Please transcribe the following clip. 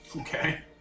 Okay